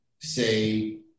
say